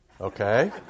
okay